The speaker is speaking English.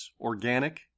organic